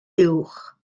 uwch